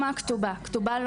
מהכתובה?